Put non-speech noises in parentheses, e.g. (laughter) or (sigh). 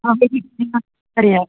(unintelligible)